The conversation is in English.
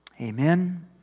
Amen